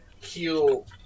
heal